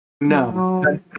No